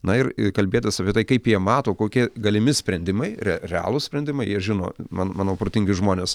na ir kalbėtis apie tai kaip jie mato kokie galimi sprendimai re realūs sprendimai jie žino man manau protingi žmonės